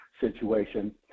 situation